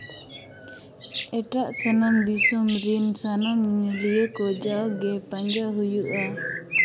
ᱮᱴᱟᱜ ᱥᱟᱱᱟᱢ ᱫᱤᱥᱚᱢ ᱨᱤᱱ ᱥᱟᱱᱟᱢ ᱧᱮᱧᱮᱞᱤᱭᱟᱹ ᱠᱚ ᱡᱟᱣᱜᱮ ᱯᱟᱸᱡᱟ ᱦᱩᱭᱩᱜᱼᱟ